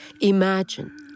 Imagine